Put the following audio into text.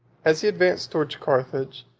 as he advanced towards carthage,